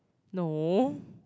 no